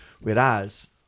whereas